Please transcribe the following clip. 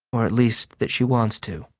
or at least that she wants to.